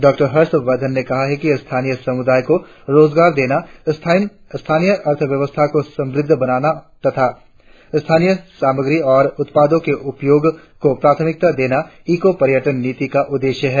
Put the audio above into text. doctor Harshvardhan ने कहा कि स्थानीय समुदायो को राजगार देना स्थानीय अर्थव्यवस्था को समुद्ध बनाना तथा स्थानीय सामग्री और उत्पादों के उपयोग को प्राथमिकता देना इको पर्यटन नीति का उद्देश्य है